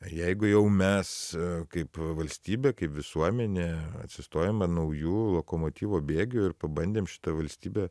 jeigu jau mes kaip valstybė kaip visuomenė atsistojom an naujų lokomotyvo bėgių ir pabandėm šitą valstybę